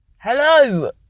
Hello